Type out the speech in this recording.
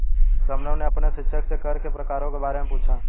शबनम ने अपने शिक्षक से कर के प्रकारों के बारे में पूछा